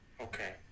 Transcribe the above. Okay